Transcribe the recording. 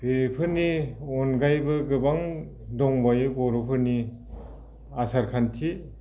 बेफोरनि अनगायैबो गोबां दंबावो बर'फोरनि आसार खान्थि